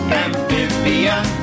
amphibian